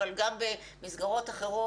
אבל גם במסגרות אחרות.